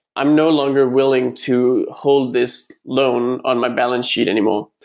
i'm no longer willing to hold this loan on my balance sheet anymore.